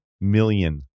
million